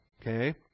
Okay